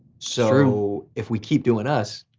so, if we keep doing us,